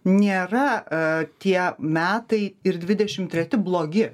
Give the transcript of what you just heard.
nėra tie metai ir dvidešim treti blogi